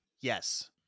Yes